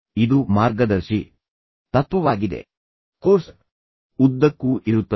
ಏಕೆಂದರೆ ಇದು ಒಂದು ಮಾರ್ಗದರ್ಶಿ ತತ್ವವಾಗಿದೆ ಕೋರ್ಸ್ ಉದ್ದಕ್ಕೂ ಇರುತ್ತದೆ